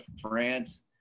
france